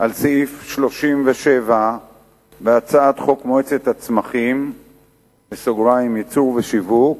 על סעיף 37 בהצעת חוק מועצת הצמחים (ייצור ושיווק)